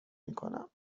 میکنم